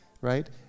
Right